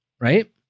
right